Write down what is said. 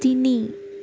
তিনি